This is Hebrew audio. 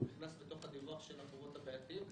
הוא נכנס לתוך הדיווח של החובות הבעייתיים,